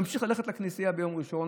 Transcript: הוא ימשיך ללכת לכנסייה ביום ראשון,